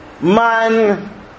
man